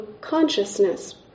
consciousness